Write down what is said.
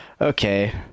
okay